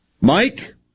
Mike